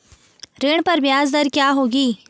ऋण पर ब्याज दर क्या होगी?